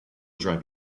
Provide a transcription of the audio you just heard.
drive